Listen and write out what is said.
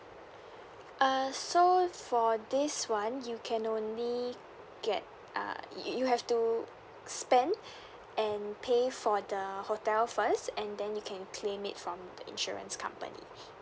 uh so for this [one] you can only get uh you you have to spend and pay for the hotel first and then you can claim it from the insurance company